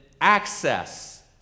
access